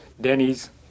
Denny's